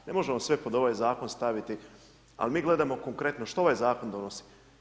Ne možemo sve pod ovaj zakon staviti, ali mi gledamo konkretno što ovaj zakon donosi.